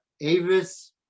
Avis